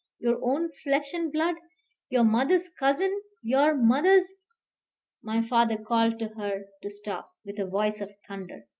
your own flesh and blood your mother's cousin your mother's my father called to her to stop, with a voice of thunder.